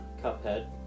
Cuphead